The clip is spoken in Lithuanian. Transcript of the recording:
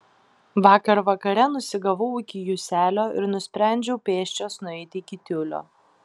vakar vakare nusigavau iki juselio ir nusprendžiau pėsčias nueiti iki tiulio